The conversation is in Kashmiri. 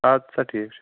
ادٕ سا ٹھیٖک چھُ